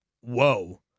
whoa